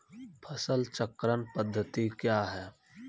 फसल चक्रण पद्धति क्या हैं?